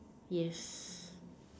yes